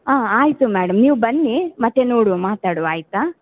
ಆ ಆಯಿತು ಮೇಡಮ್ ನೀವು ಬನ್ನಿ ಮತ್ತೆ ನೋಡುವ ಮಾತಾಡುವ ಆಯಿತಾ